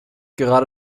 gerade